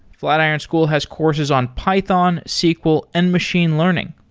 flatiron school has courses on python, sql and machine learning.